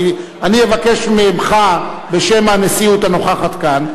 בקשה מיוחדת לכבוד חנוכה.